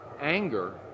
anger